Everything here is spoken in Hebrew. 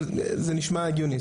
אבל זה נשמע הגיוני.